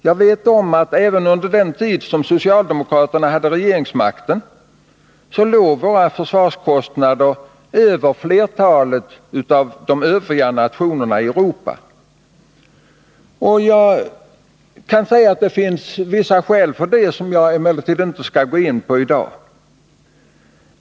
Jag vet om att även under den tid som socialdemokraterna hade regeringsmakten låg våra försvarskostnader över motsvarande kostnader för flertalet av de övriga nationerna i Europa. Det finns vissa skäl för detta, som jag inte i dag skall gå in på.